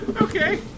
Okay